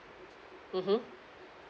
mmhmm